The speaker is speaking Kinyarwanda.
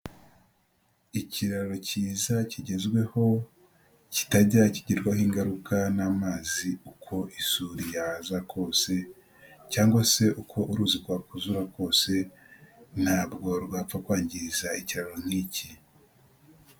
Ikiraro kiza kigezweho, kitajya kigirwaho ingaruka n'amazi uko isuri yaza kose cyangwa se uko uruzi rwakuzura kose, ntabwo rwapfa kwangiza ikiraro nk'iki.